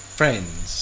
friends